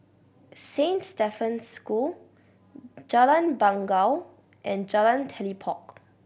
Saint Stephen's School Jalan Bangau and Jalan Telipok